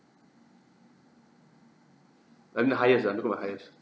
I mean the highest uh I'm talking about highest